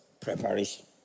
preparation